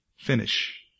Finish